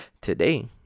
Today